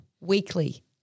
weekly